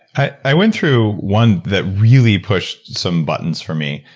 i went through one that really pushed some buttons for me.